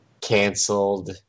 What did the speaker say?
canceled